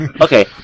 Okay